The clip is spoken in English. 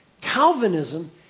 Calvinism